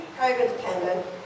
COVID-dependent